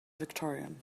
victorian